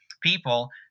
People